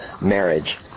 marriage